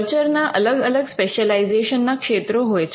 searcher ના અલગ અલગ સ્પેશલાઈઝેશન ના ક્ષેત્રો હોય છે